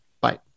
Bye